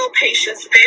patients